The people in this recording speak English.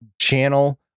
channel